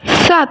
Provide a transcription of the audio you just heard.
सात